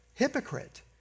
hypocrite